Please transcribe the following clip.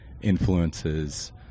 influences